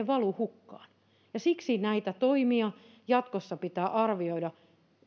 valu hukkaan ja siksi näitä toimia jatkossa pitää arvioida